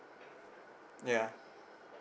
ya